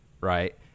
right